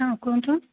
ହଁ କୁହନ୍ତୁ